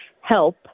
help